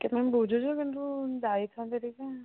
ଆଜ୍ଞା ମ୍ୟାମ୍ ବୁଝୁଛୁ କିନ୍ତୁ ଯାଇଥାନ୍ତା ଟିକେ